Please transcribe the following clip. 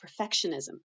perfectionism